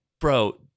bro